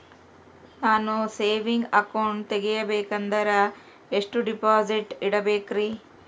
ನಾನು saving account ತೆಗಿಬೇಕಂದರ ಎಷ್ಟು ಡಿಪಾಸಿಟ್ ಇಡಬೇಕ್ರಿ?